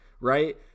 right